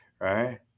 right